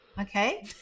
Okay